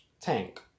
Tank